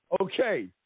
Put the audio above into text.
Okay